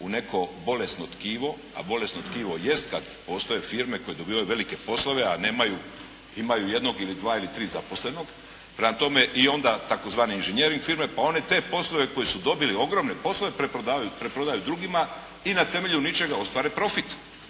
u neko bolesno tkivo. A bolesno tkivo jest kad postoje firme koje dobivaju velike poslove a imaju jednog ili dva ili tri zaposlenog. Prema tome, onda i tzv. inžinjering firme, pa one te poslove koje su dobili, ogromne poslove preprodaju drugima i na temelju ničega ostvare profit,